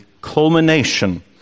culmination